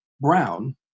Brown